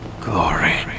glory